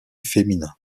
féminin